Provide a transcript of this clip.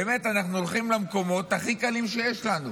באמת, אנחנו הולכים למקומות הכי קלים שיש לנו